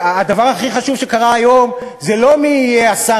הדבר הכי חשוב שקרה היום הוא לא מי יהיה השר